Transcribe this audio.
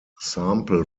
sample